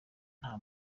nta